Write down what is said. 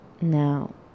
Now